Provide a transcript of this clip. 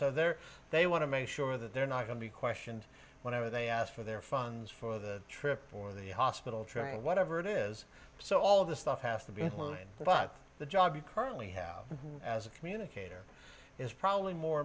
so there they want to make sure that they're not going to be questioned whenever they ask for their funds for the trip for the hospital train whatever it is so all the stuff has to be included but the job you currently have as a communicator is probably more